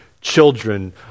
children